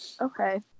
Okay